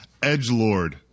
Edgelord